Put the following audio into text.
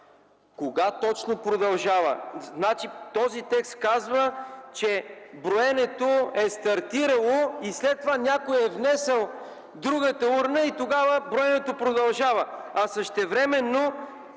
Кога точно продължава? Този текст казва, че броенето е стартирало и след това някой е внесъл другата урна и тогава броенето продължава. А същевременно